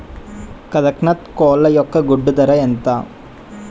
కదక్నత్ కోళ్ల ఒక గుడ్డు ధర ఎంత?